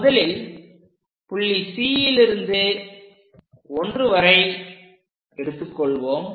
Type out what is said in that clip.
முதலில் புள்ளி Cலிருந்து 1 வரை எடுத்துக் கொள்வோம்